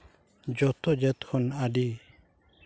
ᱡᱚᱛᱚ ᱡᱟᱹᱛ ᱠᱷᱚᱱ ᱟᱹᱰᱤ